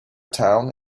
town